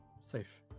safe